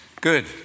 Good